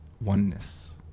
oneness